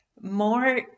more